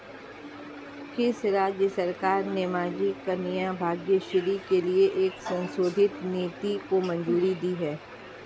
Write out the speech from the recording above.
किस राज्य सरकार ने माझी कन्या भाग्यश्री के लिए एक संशोधित नीति को मंजूरी दी है?